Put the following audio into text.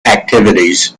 activities